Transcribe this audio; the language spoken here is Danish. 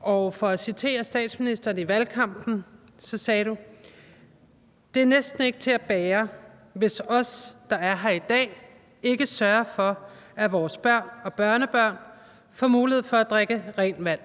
og for at citere statsministeren i valgkampen: »Det er næsten ikke til at bære, hvis os, der er her i dag, ikke sørger for, at vores børn og børnebørn får mulighed for at drikke rent vandt.«